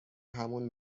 همون